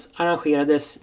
arrangerades